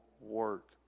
work